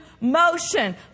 motion